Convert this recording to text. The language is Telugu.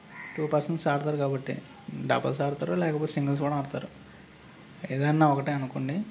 టూ పర్సన్స్ ఆడుతారు కాబట్టి డబుల్స్ ఆడుతారు లేకపోతే సింగిల్స్ కూడా ఆడుతారు ఏదైనా ఒకటే అనుకోండి